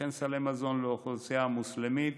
וכן סלי מזון לאוכלוסייה המוסלמית